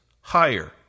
higher